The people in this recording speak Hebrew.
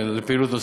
לפעילות נוספת.